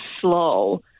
slow